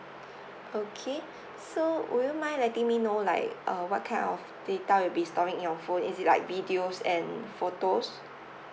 okay so would you mind letting me know like uh what kind of data will be storing in your phone is it like videos and photos